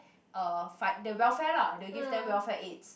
uh fi~ the welfare lah they give them welfare aids